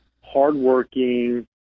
hardworking